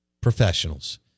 Professionals